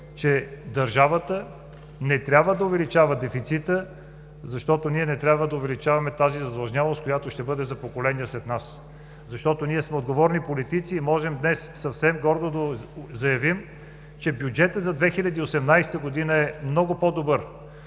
че държавата не трябва да увеличава дефицита, защото ние не трябва да увеличаваме тази задлъжнялост, която ще бъде за поколения след нас. Защото ние сме отговорни политици и можем днес съвсем гордо да заявим, че бюджета за 2018 г. е много по-добър